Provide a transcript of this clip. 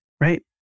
right